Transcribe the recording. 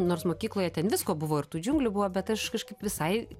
nors mokykloje ten visko buvo ir tų džiunglių buvo bet aš kažkaip visai